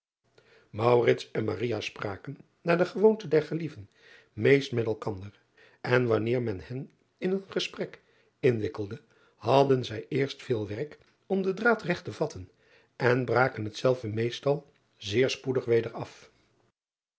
en spraken naar de gewoonte der gelieven meest met elkander en wanneer men hen in een gesprek inwikkelde hadden zij eerst veel werk om driaan oosjes zn et leven van aurits ijnslager den draad regt te vatten en braken hetzelve meestal zeer spoedig weder af